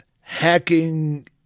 hacking